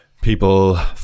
people